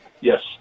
Yes